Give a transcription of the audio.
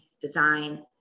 design